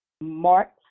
Mark